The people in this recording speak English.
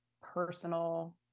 personal